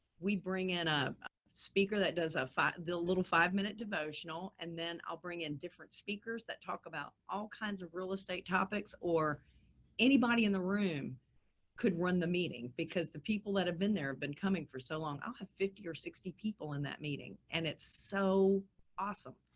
we bring in a speaker that does ah a, the little five minute devotional and then i'll bring in different speakers that talk about all kinds of real estate topics or anybody in the room could run the meeting because the people that have been there have been coming for so long. i'll have fifty or sixty people in that meeting and it's so awesome.